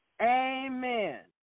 Amen